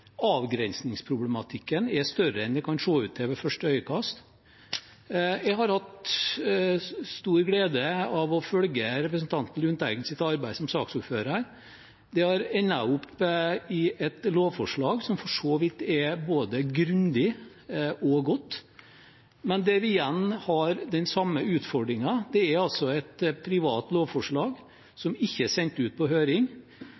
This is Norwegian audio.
avgrensningsproblematikken er større enn det kan se ut til ved første øyekast. Jeg har hatt stor glede av å følge representanten Lundteigens arbeid som saksordfører. Det har endt opp i et lovforslag som for så vidt er både grundig og godt, men der vi igjen har den samme utfordringen. Det er altså et privat lovforslag, som ikke er sendt ut på høring,